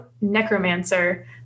necromancer